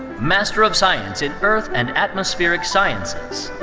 master of science in earth and atmospheric sciences.